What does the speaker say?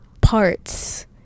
parts